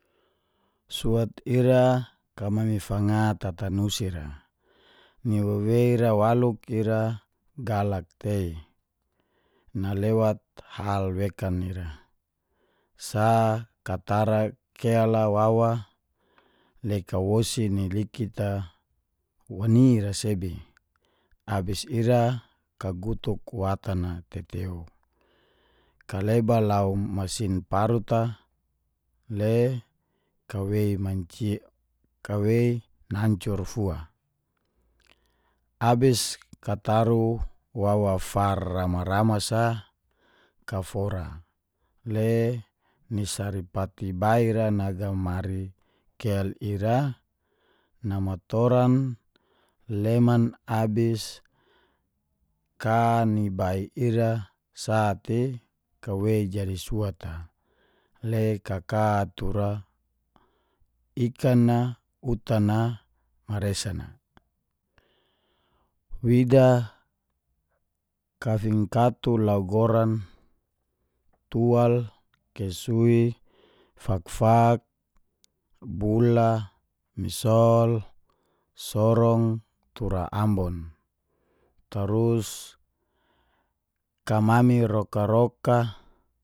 Suat ira kamami fanga tatanusi ra niu wewei ra waluk ira galak tei nalewat hal wekan ira. Sa katara kel wawa, le kawosi ni likit a wanira sebi, abis ira kagutuk watan a teteu. Kaleba lau masin parut a le kawei manci kawei nancur fua, abis kataru wawa far ramas-ramas sa, kafora le ni sari pati bai ra nagamari kel ira namatoran leman abis ka ni bai ira sate kawei jadi suat a. Le ka ka tura ikan a, utan na, maresan a. Wida kafinkatu lau goran, tual. Kesui, fak-fak, bula, misol, sorong tura ambon. Tarus kamami roka-roka